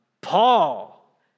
Paul